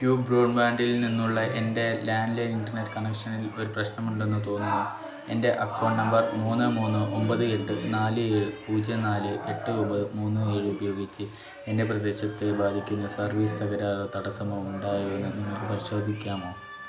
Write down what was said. U ബ്രോഡ്ബാൻഡിൽ നിന്നുള്ള എൻ്റെ ലാൻഡ്ലൈൻ ഇൻ്റർനെറ്റ് കണക്ഷനിൽ ഒരു പ്രശ്നമുണ്ടെന്ന് തോന്നുന്നു എൻ്റെ അക്കൌണ്ട് നമ്പർ മൂന്ന് മൂന്ന് ഒമ്പത് എട്ട് നാല് ഏഴ് പൂജ്യം നാല് എട്ട് ഒമ്പത് മൂന്ന് ഏഴ് ഉപയോഗിച്ച് എൻ്റെ പ്രദേശത്തെ ബാധിക്കുന്ന സർവീസ് തകരാറോ തടസ്സമോ ഉണ്ടോയെന്ന് നിങ്ങൾക്ക് പരിശോധിക്കാമോ